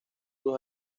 sus